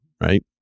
right